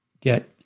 get